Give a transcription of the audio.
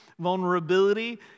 vulnerability